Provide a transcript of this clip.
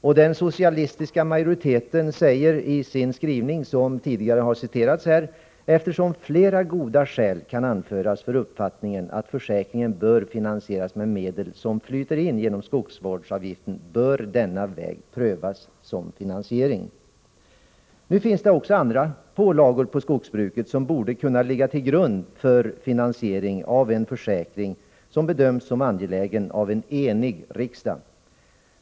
Och den socialistiska majoriteten säger, som tidgare citerats här, i sin skrivning: ”Eftersom flera goda skäl kan anföras för uppfattningen att försäkringen bör finansieras med medel som flyter in genom skogsvårdsavgiften bör denna väg prövas som finansiering.” Nu finns det också andra pålagor på skogsbruket som borde kunna ligga till grund för finansiering av en försäkring som bedöms som angelägen av en enig riksdag.